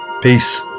Peace